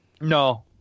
no